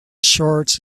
shorts